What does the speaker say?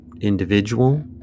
individual